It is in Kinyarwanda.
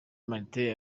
martin